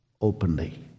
openly